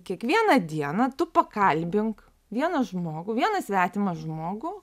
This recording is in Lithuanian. kiekvieną dieną tu pakalbink vieną žmogų vieną svetimą žmogų